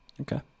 Okay